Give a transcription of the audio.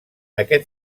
aquest